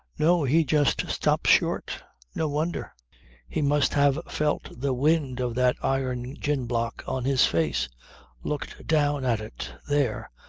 no, he just stopped short no wonder he must have felt the wind of that iron gin-block on his face looked down at it, there,